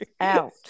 out